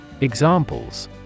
Examples